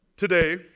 Today